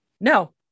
no